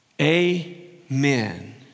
Amen